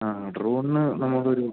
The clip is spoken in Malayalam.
ആ ആ ഡ്രോണിന് നമുക്കൊരു